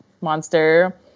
monster